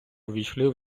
ввійшли